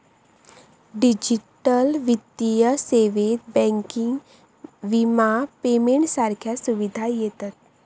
digital वित्तीय सेवेत banking, विमा, पेमेंट सारख्या सुविधा येतत